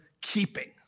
keeping